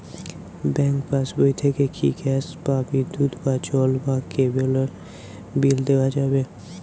Bank পাশবই থেকে কি গ্যাস বা বিদ্যুৎ বা জল বা কেবেলর বিল দেওয়া যাবে?